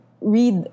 read